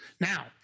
Now